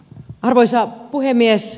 arvoisa puhemies